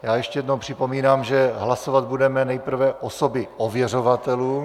Já ještě jednou připomínám, že hlasovat budeme nejprve osoby ověřovatelů.